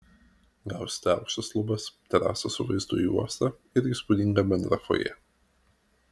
gausite aukštas lubas terasą su vaizdu į uostą ir įspūdingą bendrą fojė